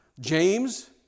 James